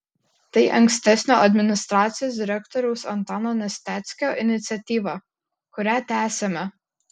tai ankstesnio administracijos direktoriaus antano nesteckio iniciatyva kurią tęsiame